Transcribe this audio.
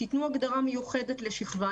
תנו הגדרה מיוחדת לשכבה.